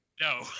No